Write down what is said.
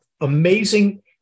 amazing